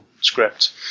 script